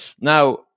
now